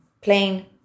Plain